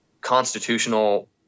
constitutional